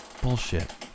bullshit